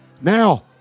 now